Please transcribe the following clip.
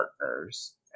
partners